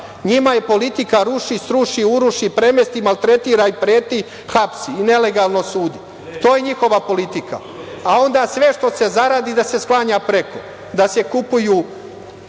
Njima je politika – ruši, sruši, uruši, premesti, maltretiraj, preti, hapsi i nelegalno sudi. To je njihova politika. Onda sve što se zaradi da se sklanja preko, da se kupuju